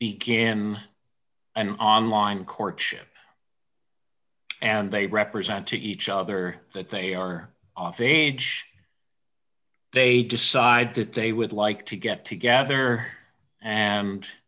begin an online courtship and they represent to each other that they are off age they decide that they would like to get together